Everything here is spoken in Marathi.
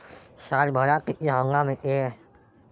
सालभरात किती हंगाम येते?